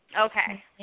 Okay